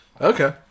okay